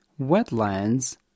wetlands